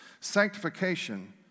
sanctification